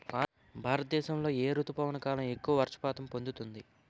భారతదేశంలో ఏ రుతుపవన కాలం ఎక్కువ వర్షపాతం పొందుతుంది?